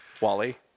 Wally